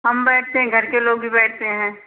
हम बैठते हैं घर के लोग भी बैठते हैं